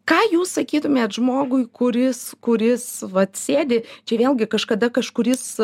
ką jūs sakytumėt žmogui kuris kuris vat sėdi čia vėlgi kažkada kažkuris